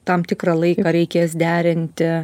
tam tikrą laiką reikės derinti